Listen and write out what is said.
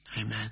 Amen